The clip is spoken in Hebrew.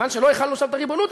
כיוון שלא החלנו שם את הריבונות,